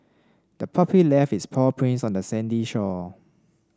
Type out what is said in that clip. the puppy left its paw prints on the sandy shore